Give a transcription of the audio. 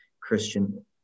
Christian